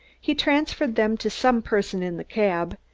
he transferred them to some person in the cab,